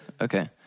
Okay